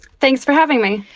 thanks for having me.